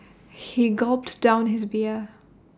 he gulped down his beer